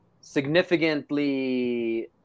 significantly